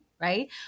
right